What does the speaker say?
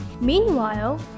Meanwhile